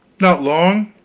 not long.